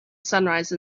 sunrise